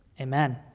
amen